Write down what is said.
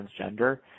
transgender